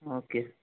okay